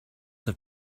have